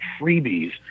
freebies